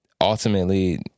ultimately